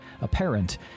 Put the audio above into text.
apparent